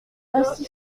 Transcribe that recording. ainsi